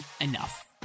enough